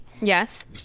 Yes